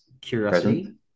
curiosity